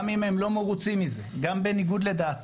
גם אם הם לא מרוצים מזה, גם בניגוד לדעתם.